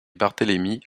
barthélemy